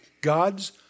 God's